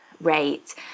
rate